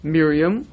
Miriam